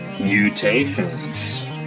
Mutations